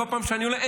כל פעם שאני עולה,